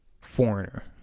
foreigner